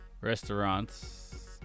restaurants